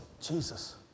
Jesus